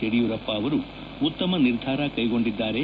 ಯಡಿಯೂರಪ್ಪ ಅವರು ಉತ್ತಮ ನಿರ್ಧಾರ ಕೈಗೊಂಡಿದ್ದಾರೆ